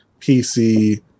PC